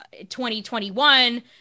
2021